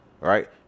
right